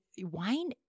Wine